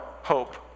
hope